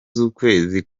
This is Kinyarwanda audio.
z’ukwezi